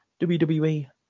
WWE